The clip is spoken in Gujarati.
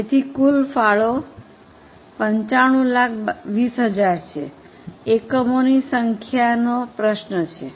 તેથી કુલ ફાળો 9520000 છે એકમોની સંખ્યાનો પ્રશ્ન છે